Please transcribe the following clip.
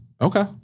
okay